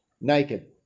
naked